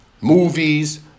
movies